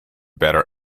better